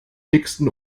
dicksten